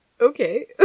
Okay